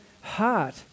heart